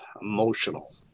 emotional